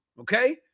okay